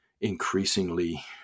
increasingly